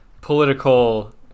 political